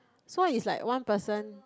so it's like one person